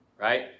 right